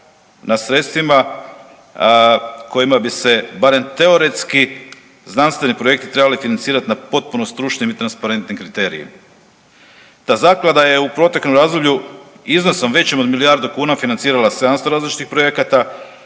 nad sredstvima kojima bi se barem teoretski znanstveni projekti trebali financirat na potpuno stručnim i transparentnim kriterijima. Ta zaklada je u proteklom razdoblju iznosom većim od milijardu kuna financirala 700 različitih projekata,